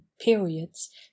periods